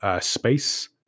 space